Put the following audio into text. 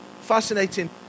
fascinating